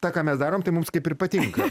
tą ką mes darom tai mums kaip ir patinka